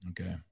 Okay